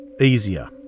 easier